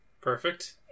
Perfect